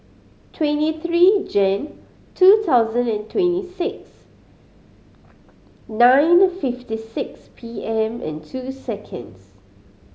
twenty three Jan two thousand and twenty six nine fifty six P M and two seconds